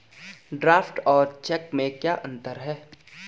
Draft और cheque में क्या अंतर है?